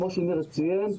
כמו שניר ציין,